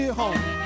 home